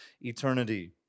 eternity